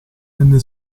venne